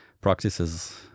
practices